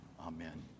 amen